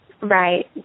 Right